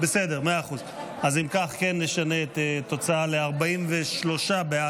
לפרוטוקול אני מוסיף את שמו של חבר הכנסת, מי?